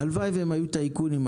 הלוואי והם היו טייקונים,